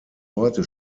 heute